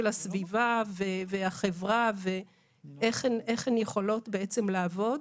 הסביבה והחברה ואיך הן יכולות בעצם לעבוד,